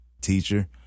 teacher